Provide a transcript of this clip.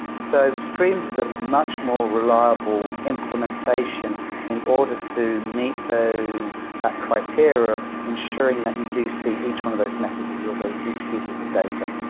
so streams is a much more reliable implementation in order to meet those, that criteria of ensuring that you do see each one of those messages over each pieces of data.